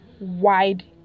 wide